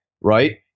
Right